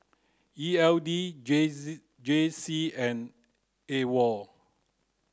E L D J Z J C and AWOL